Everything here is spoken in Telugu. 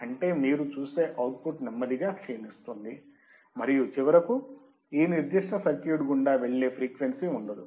అంటే మీరు చూసే అవుట్పుట్ నెమ్మదిగా క్షీణిస్తుంది మరియు చివరకు ఈ నిర్దిష్ట సర్క్యూట్ గుండా వెళ్ళే ఫ్రీక్వెన్సీ ఉండదు